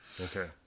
Okay